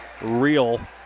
Real